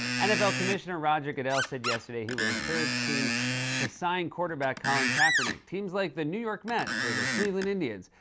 nfl commissioner roger goodell said yesterday he would encourage teams to sign quarterback colin kaepernick, teams like the new york mets or the cleveland indians.